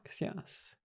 yes